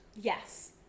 Yes